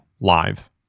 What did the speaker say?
live